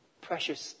precious